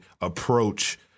approach